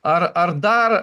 ar ar dar